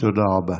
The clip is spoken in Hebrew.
תודה רבה.